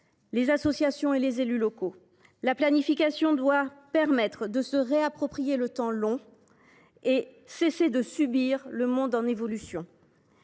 les associations et les élus locaux. La planification doit permettre de se réapproprier le temps long, pour que nous cessions de subir le monde en évolution.